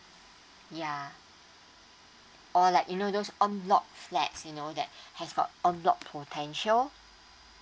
ya or like you know those on block flex you know that has got on block potential